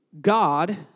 God